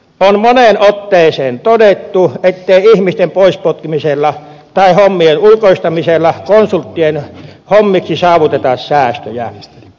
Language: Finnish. on moneen otteeseen todettu ettei ihmisten pois potkimisella tai hommien ulkoistamisella konsulttien hommiksi saavuteta säästöjä